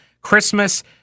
Christmas